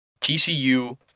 TCU